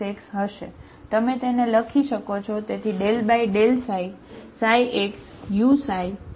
તમે તેને લખી શકો છો તેથી ξxuxu છે બરાબર